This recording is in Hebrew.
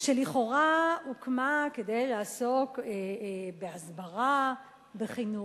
שלכאורה הוקמה כדי לעסוק בהסברה, בחינוך,